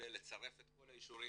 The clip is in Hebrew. כולל לצרף את כל האישורים,